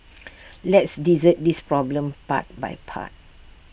let's dissect this problem part by part